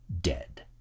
dead